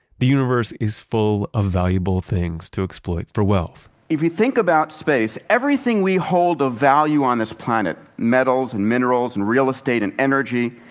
the universe is full of valuable things to exploit for wealth if you think about space, everything we hold a value on this planet, metals and minerals and real estate and energy,